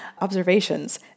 observations